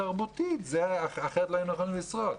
תרבותית כי אחרת לא היינו יכולים לשרוד.